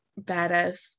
badass